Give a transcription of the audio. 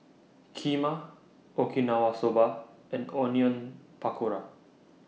Kheema Okinawa Soba and Onion Pakora